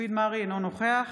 מופיד מרעי, אינו נוכח